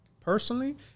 personally